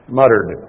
muttered